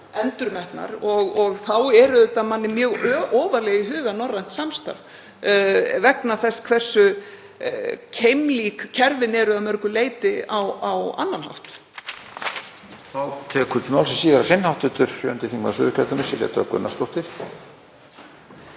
endurmetnar. Þá er manni auðvitað mjög ofarlega í huga norrænt samstarf vegna þess hversu keimlík kerfin eru að mörgu leyti á annan hátt.